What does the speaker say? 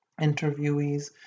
interviewees